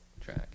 track